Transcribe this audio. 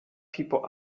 people